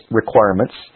requirements